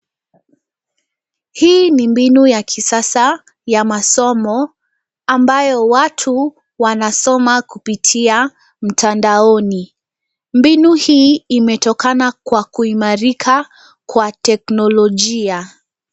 Hii ni mbinu ya kisasa ya masomo, ambayo watu wanasoma kupitia mtandaoni. Mbinu hii imetokana kwa kuimarika kwa teknolojia.